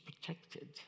protected